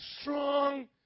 strong